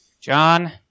John